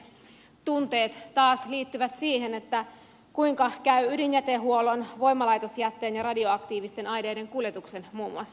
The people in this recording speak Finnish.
tunteet taas liittyvät siihen kuinka käy ydinjätehuollon voimalaitosjätteen ja radioaktiivisten aineiden kuljetuksen muun muassa